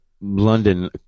London